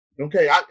Okay